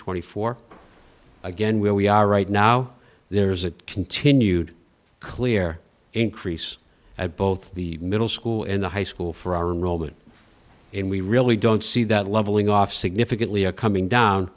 twenty four again where we are right now there is a continued clear increase at both the middle school and the high school for a roman and we really don't see that leveling off significantly a coming